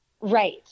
Right